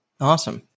Awesome